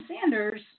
Sanders